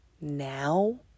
now